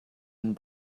and